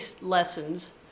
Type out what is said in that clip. lessons